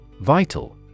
Vital